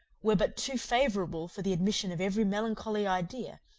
were but too favourable for the admission of every melancholy idea,